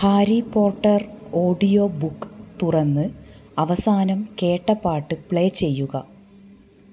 Harry Potter audio book തുറന്ന് അവസാനം കേട്ട പാട്ട് പ്ലേ ചെയ്യുക